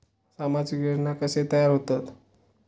सामाजिक योजना कसे तयार होतत?